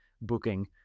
booking